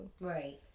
Right